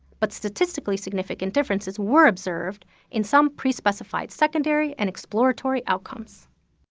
but statistically significant differences were observed in some prespecificed secondary and exploratory outcomes.